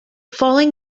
following